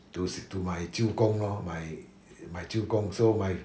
to to my 舅公 lor my 舅公 so my